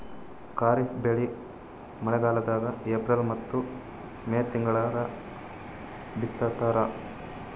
ಖಾರಿಫ್ ಬೆಳಿ ಮಳಿಗಾಲದಾಗ ಏಪ್ರಿಲ್ ಮತ್ತು ಮೇ ತಿಂಗಳಾಗ ಬಿತ್ತತಾರ